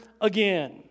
again